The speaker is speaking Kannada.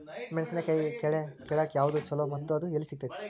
ಮೆಣಸಿನಕಾಯಿ ಕಳೆ ಕಿಳಾಕ್ ಯಾವ್ದು ಛಲೋ ಮತ್ತು ಅದು ಎಲ್ಲಿ ಸಿಗತೇತಿ?